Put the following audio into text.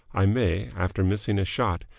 i may, after missing a shot,